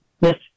Yes